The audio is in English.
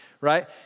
right